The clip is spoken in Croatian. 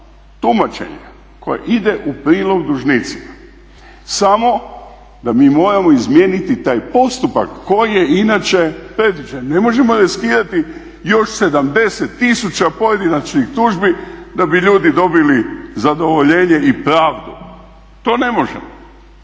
tumačenje koje ide prilog dužnicima, samo da mi moramo izmijeniti taj postupak koji je inače predviđen. Ne možemo riskirati još 70 tisuća pojedinačnih tužbi da bi ljudi dobili zadovoljenje i pravdu, to ne možemo.